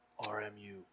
RMU